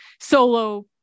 solo